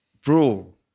bro